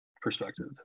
perspective